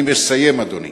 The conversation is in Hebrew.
אני מסיים, אדוני.